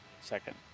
Second